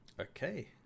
okay